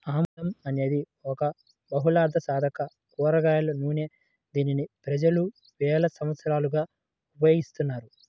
ఆముదం అనేది ఒక బహుళార్ధసాధక కూరగాయల నూనె, దీనిని ప్రజలు వేల సంవత్సరాలుగా ఉపయోగిస్తున్నారు